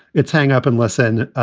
it's hang up and listen.